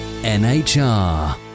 NHR